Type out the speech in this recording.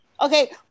okay